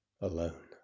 alone